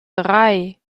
drei